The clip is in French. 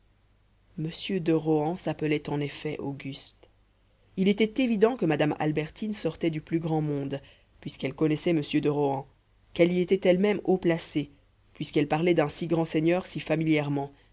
mr de rohan s'appelait en effet auguste il était évident que madame albertine sortait du plus grand monde puisqu'elle connaissait mr de rohan qu'elle y était elle-même haut placée puisqu'elle parlait d'un si grand seigneur si familièrement